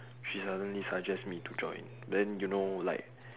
she suddenly suggest me to join then you know like